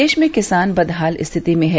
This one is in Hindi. देश में किसान बदहाल स्थिति में हैं